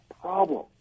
problem